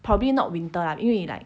probably not winter lah 因为 like